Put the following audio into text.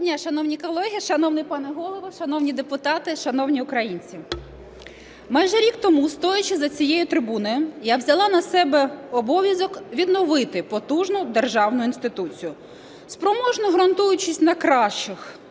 Доброго дня, шановні колеги, шановний пане Голово, шановні депутати, шановні українці! Майже рік тому, стоячи за цією трибуною, я взяла на себе обов'язок відновити потужну державну інституцію, спроможну ґрунтуватись на кращих